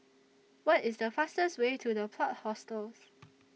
What IS The fastest Way to The Plot Hostels